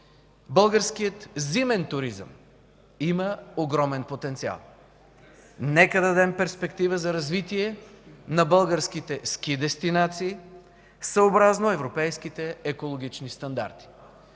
Българският зимен туризъм има огромен потенциал. Нека дадем перспектива за развитие на българските ски дестинации съобразно европейските екологични стандарти.